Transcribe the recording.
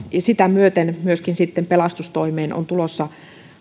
sitä myöten sitten myöskin pelastustoimeen on tulossa